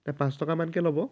তাত পাঁচ টকা মানকৈ ল'ব